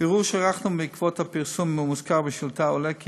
מבירור שערכנו בעקבות הפרסום המוזכר בשאילתה עולה כי